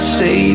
say